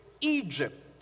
Egypt